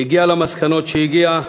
הגיעה למסקנות שהגיעה.